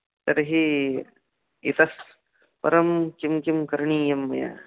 तर्हि इतः परं किं किं करणीयं मया